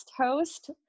host